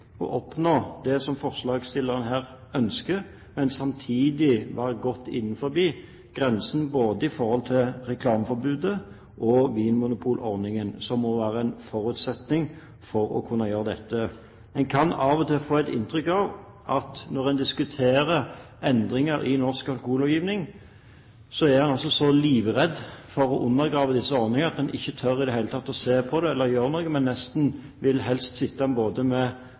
å oppnå det som forslagsstilleren her ønsker, samtidig som vi er godt innenfor grensen av både reklameforbudet og vinmonopolordningen, som må være en forutsetning for å kunne gjøre dette. En kan av og til få et inntrykk av at en, når en diskuterer endringer i norsk alkohollovgivning, er så livredd for å undergrave disse ordningene at en ikke i det hele tatt tør se på det eller gjøre noe med det, men helst vil sitte med hendene foran både